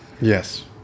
Yes